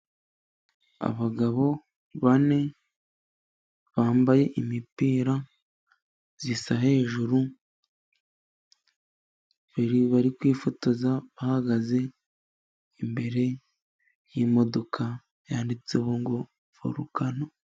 Abagabo bane bambaye imipira isa hejuru, bari kwifotoza bahagaze imbere y'imodoka yanditseho ngo folukano.